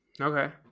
Okay